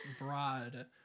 broad